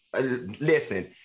Listen